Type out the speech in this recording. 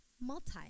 multi